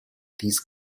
these